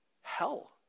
hell